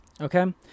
Okay